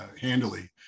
handily